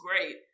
great